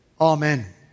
amen